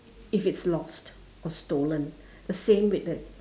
if it's lost or stolen the same with it